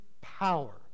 power